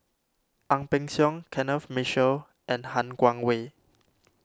Ang Peng Siong Kenneth Mitchell and Han Guangwei